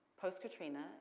post-Katrina